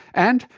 and,